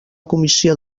comissió